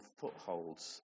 footholds